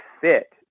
fit